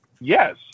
yes